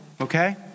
okay